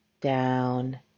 down